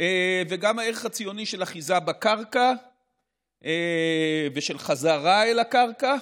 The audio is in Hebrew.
וגם הערך הציוני של אחיזה בקרקע ושל חזרה אל הקרקע,